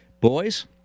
boys